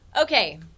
Okay